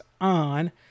ON